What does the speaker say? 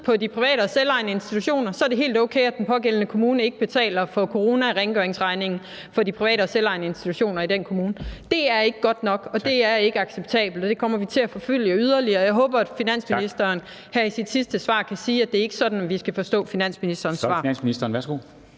på de private og selvejende institutioner, så er det helt okay, at den pågældende kommune ikke betaler coronarengøringsregningen for de private og selvejende institutioner i den kommune. Det er ikke godt nok, og det er ikke acceptabelt, og det kommer vi til at forfølge yderligere. Jeg håber, at finansministeren her i sit sidste svar kan sige, at det ikke er sådan, vi skal forstå finansministerens svar. Kl. 13:17 Formanden (Henrik